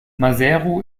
maseru